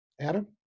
Adam